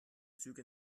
züge